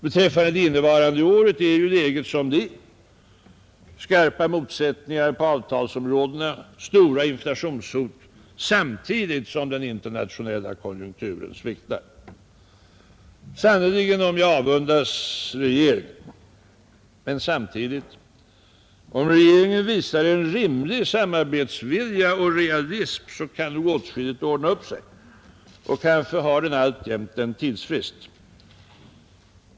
Beträffande det innevarande året är ju läget som det är: skarpa motsättningar på avtalsområdena, stora inflationshot samtidigt som den internationella konjunkturen sviktar. Sannerligen om jag avundas regeringen! Men om regeringen visar en rimlig samarbetsvilja och realism så kan nog åtskilligt ordna upp sig. Och kanske har den alltjämt en tidsfrist.